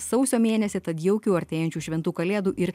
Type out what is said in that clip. sausio mėnesį tad jaukių artėjančių šventų kalėdų ir